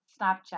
Snapchat